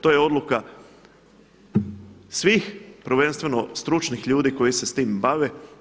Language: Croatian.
To je odluka svih prvenstveno stručnih ljudi koji se s tim bave.